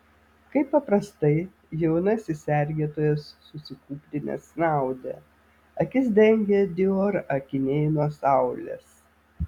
kaip paprastai jaunasis sergėtojas susikūprinęs snaudė akis dengė dior akiniai nuo saulės